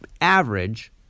average